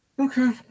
Okay